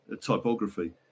typography